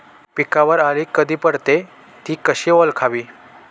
पिकावर अळी कधी पडते, ति कशी ओळखावी?